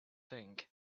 think